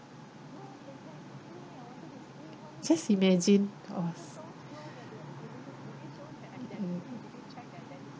just imagine was